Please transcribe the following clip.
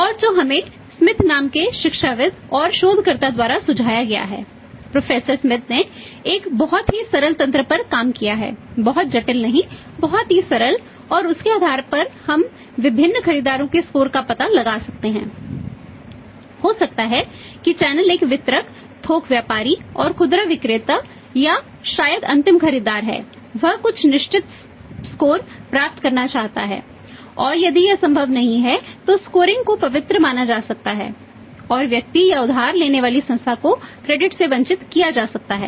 और जो हमें स्मिथ से वंचित किया जा सकता है